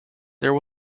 there